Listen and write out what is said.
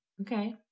Okay